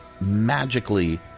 magically